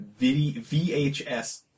VHS